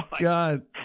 God